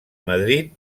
madrid